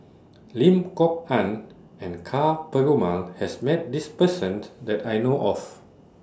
Lim Kok Ann and Ka Perumal has Met This Person that I know of